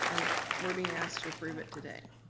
we're being asked to approve it today.